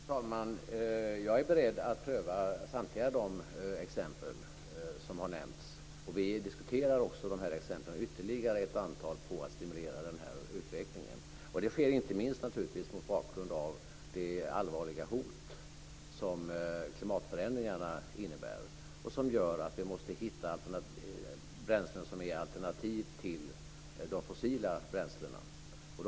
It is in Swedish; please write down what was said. Herr talman! Jag är beredd att pröva samtliga exempel som har nämnts. Vi diskuterar också dessa exempel och ett ytterligare antal exempel för att stimulera den här utvecklingen. Det sker inte minst mot bakgrund av de allvarliga hot som klimatförändringarna innebär och som gör att vi måste hitta alternativa bränslen till de fossila bränslena.